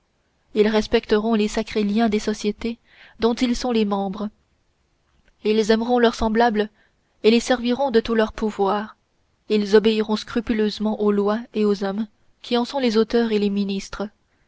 ils respecteront les sacrés liens des sociétés dont ils sont les membres ils aimeront leurs semblables et les serviront de tout leur pouvoir ils obéiront scrupuleusement aux lois et aux hommes qui en sont les auteurs et les ministres